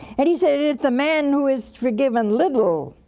and he said, it's the man who has forgiven little